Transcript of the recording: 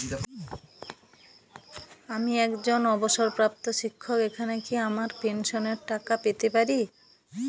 আমি একজন অবসরপ্রাপ্ত শিক্ষক এখানে কি আমার পেনশনের টাকা পেতে পারি?